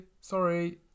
Sorry